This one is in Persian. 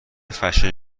فشن